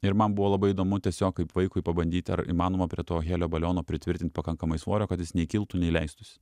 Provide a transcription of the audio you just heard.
ir man buvo labai įdomu tiesiog kaip vaikui pabandyt ar įmanoma prie to helio baliono pritvirtint pakankamai svorio kad jis nei kiltų nei leistųsi